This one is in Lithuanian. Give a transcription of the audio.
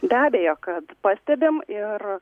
be abejo kad pastebim ir